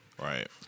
Right